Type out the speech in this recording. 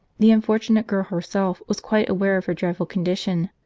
the unfortunate girl herself was quite aware of her dreadful condition.